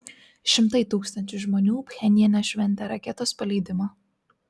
šimtai tūkstančių žmonių pchenjane šventė raketos paleidimą